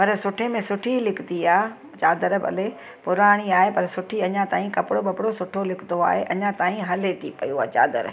पर सुठे में सुठी निकिती आहे चादर भले पुराणी आहे पर सुठी अञा ताईं कपिड़ो वपड़ो सुठो निकितो आहे अञा ताईं हले थी पई उहा ई चादर